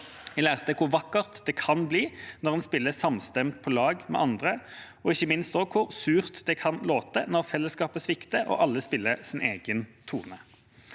Jeg lærte hvor vakkert det kan bli når en spiller samstemt på lag med andre, og ikke minst også hvor surt det kan låte når fellesskapet svikter og alle spiller sin egen tone.